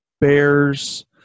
Bears